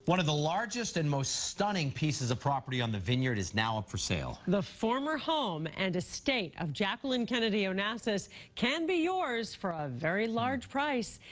one of the largest and most stunning pieces of property on the vineyard is now up for sale. the former home and estate of jaclyn kennedy onassis can be yours for ah a large price.